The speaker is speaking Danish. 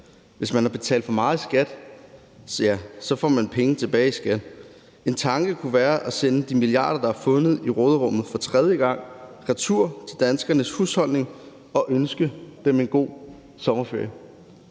Hvis man har betalt for meget i skat, får man penge tilbage i skat. En tanke kunne være at sende de milliarder, der er fundet i råderummet for tredje gang, retur til danskernes husholdning og ønske dem en god sommerferie.